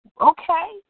okay